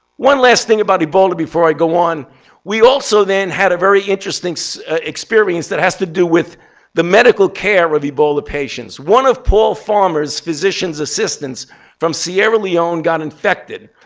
one last thing about ebola before i go on we also then had a very interesting so experience that has to do with the medical care of ebola patients. one of paul farmer's physician's assistance from sierra leone got infected.